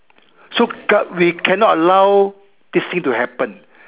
so we cannot allow this thing to happen